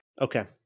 Okay